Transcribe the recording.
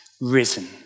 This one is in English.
risen